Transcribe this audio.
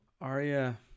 Arya